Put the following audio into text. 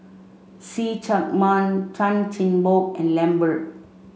see Chak Mun Chan Chin Bock and Lambert